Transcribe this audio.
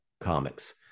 comics